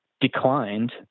declined